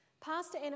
Pastor